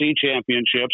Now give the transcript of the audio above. championships